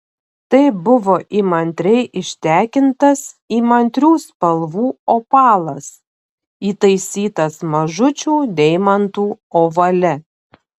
tai buvo įmantriai ištekintas įmantrių spalvų opalas įtaisytas mažučių deimantų ovale